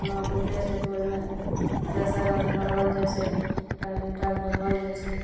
खाना मिलै छै तऽ ओहिमे रसे रस बढ़ल जाइ छै एकटा दुइटा कऽ बढ़ल जाइ छै